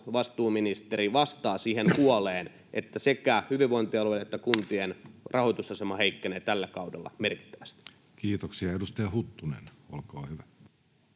vastuuministeri vastaa siihen huoleen, että sekä hyvinvointialueiden että kuntien rahoitusasema heikkenee tällä kaudella merkittävästi? Kiitoksia. — Edustaja Huttunen, olkaa hyvä.